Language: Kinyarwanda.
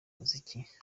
muziki